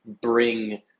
bring